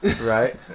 right